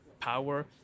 power